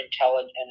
intelligent